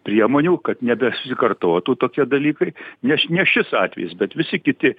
priemonių kad nebesikartotų tokie dalykai ne ne šis atvejis bet visi kiti